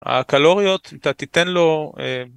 הקלוריות, אתה תיתן לו, אה...